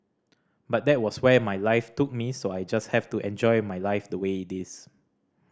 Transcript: but that was where my life took me so I just have to enjoy my life the way it is